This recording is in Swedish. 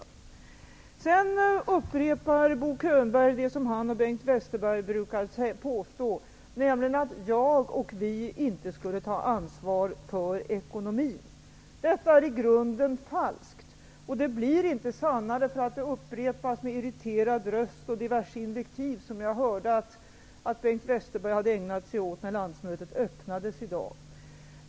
Bo Könberg upprepar vad han och Bengt Westerberg brukar påstå, nämligen att jag och vi socialdemokrater inte skulle ta ansvar för ekonomin. Detta är i grunden falskt. Det blir inte sannare för att det upprepas med irriterad röst och diverse invektiv, som jag hörde att Bengt Westerberg har ägnat sig åt när landsmötet öppnades i dag.